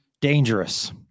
dangerous